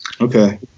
Okay